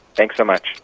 thanks so much